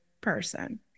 person